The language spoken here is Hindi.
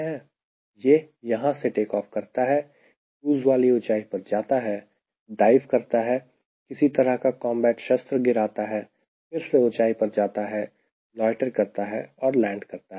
यह यहां से टेकऑफ करता है क्रूज़ वाली ऊंचाई पर जाता है डाइव करता है किसी तरह का कॉम्बैट शस्त्र गिराता है फिर से ऊंचाई पर जाता है लोयटर करता है और लैंड करता है